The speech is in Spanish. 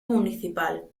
municipal